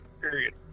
period